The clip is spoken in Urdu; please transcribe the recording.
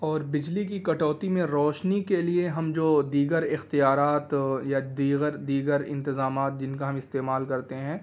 اور بجلی کی کٹوتی میں روشنی کے لیے ہم جو دیگر اختیارات یا دیگر دیگر انتظامات جن کا ہم استعمال کرتے ہیں